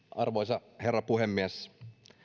arvoisa herra puhemies